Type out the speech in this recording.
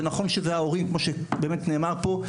זה נכון שזה גם ההורים כמו שנאמר פה.